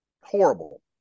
horrible